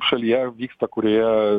šalyje vyksta kurioje